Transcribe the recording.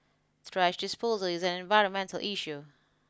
trash disposal is an environmental issue